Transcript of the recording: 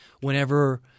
whenever